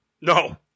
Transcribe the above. No